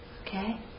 okay